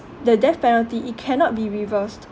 the death penalty it cannot be reversed